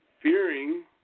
fearing